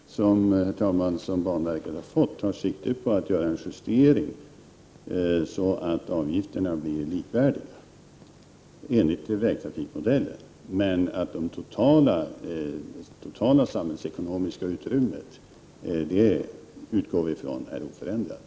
Herr talman! Det uppdrag som banverket har fått tar sikte på att det skall göras en justering så att avgifterna blir likvärdiga, enligt vägtrafikmodellen. Men jag utgår från att det totala samhällsekonomiska utrymmet är oförändrat.